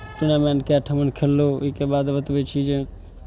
tournament कए ठमन खेललहुँ ओहिके बाद बतबै छी जे